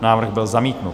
Návrh byl zamítnut.